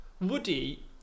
Woody